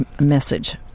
message